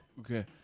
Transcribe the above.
okay